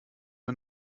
wir